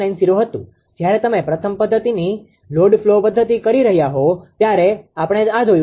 96590 હતું જ્યારે તમે પ્રથમ પદ્ધતિની લોડ ફ્લો પદ્ધતિ કરી રહ્યાં હોવ ત્યારે આપણે આ જોયું છે